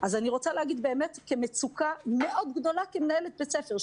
אז אני רוצה להגיד באמת כמצוקה מאוד גדולה כמנהלת בית ספר,